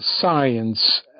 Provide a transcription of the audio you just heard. science